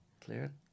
Clear